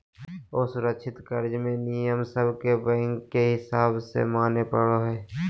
असुरक्षित कर्ज मे नियम सब के बैंक के हिसाब से माने पड़ो हय